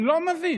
אני לא מבין.